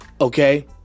Okay